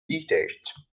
detached